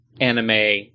anime